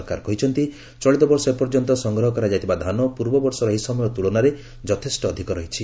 ସରକାର କହିଛନ୍ତି ଚଳିତବର୍ଷ ଏପର୍ଯ୍ୟନ୍ତ ସଂଗ୍ରହ କରାଯାଇଥିବା ଧାନ ପୂର୍ବବର୍ଷର ଏହି ସମୟ ତ୍କଳନାରେ ଯଥେଷ୍ଟ ଅଧିକ ରହିଛି